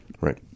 Right